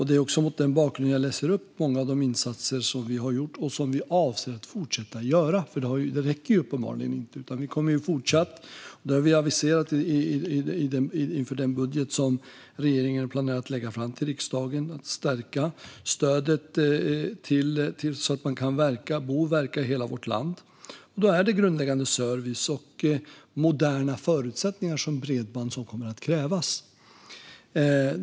Det är mot denna bakgrund som jag läser upp många av de insatser som vi har gjort och som vi avser att fortsätta att göra, eftersom de insatser som har gjorts uppenbarligen inte räcker. Vi har inför den budget som regeringen har planerat att lägga fram till riksdagen aviserat att stödet ska stärkas så att man kan bo och verka i hela vårt land. Då är det grundläggande service och moderna förutsättningar som bredband som kommer att krävas.